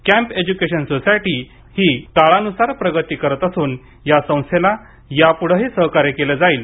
camp education society ही काळानुसार प्रगती करत असून या संस्थेला यापुढेही सहकार्य केले जाईल